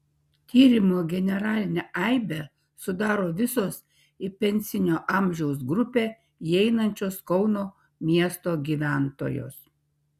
tyrimo generalinę aibę sudaro visos į pensinio amžiaus grupę įeinančios kauno miesto gyventojos